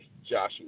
Joshua